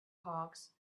hawks